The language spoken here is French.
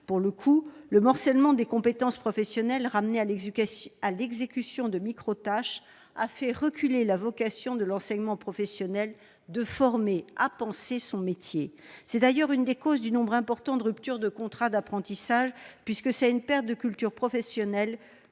Le morcellement des compétences professionnelles ramenées à l'exécution de microtâches a fait reculer la vocation de l'enseignement professionnel de former à « penser son métier ». C'est d'ailleurs l'une des causes du nombre important de ruptures de contrats d'apprentissage, les entreprises étant